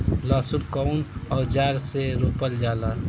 लहसुन कउन औजार से रोपल जाला?